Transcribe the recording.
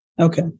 Okay